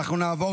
אנחנו נעבור